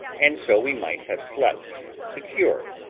and so we might have slept secure,